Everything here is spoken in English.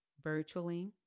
virtually